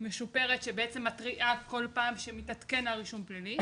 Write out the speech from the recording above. משופרת שמתריעה כל פעם שמתרשם הרישום הפלילי.